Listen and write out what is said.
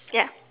ya